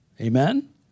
Amen